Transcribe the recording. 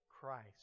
Christ